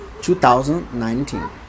2019